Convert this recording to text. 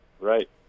Right